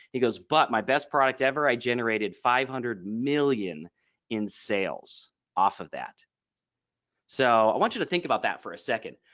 he goes but my best product ever i generated five hundred million in sales off of that so i want you to think about that for a second.